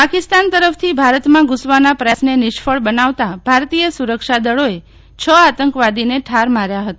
પાકિસ્તાન તરફથી ભારતમાં ઘુસવાના પ્રયાસને નિષ્ફળ બનાવતા ભારતીય સુરક્ષાદળોએ છ આતંકવાદીને ઠાર માર્યા હતા